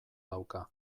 dauka